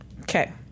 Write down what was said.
okay